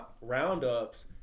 roundups